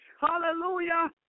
hallelujah